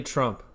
Trump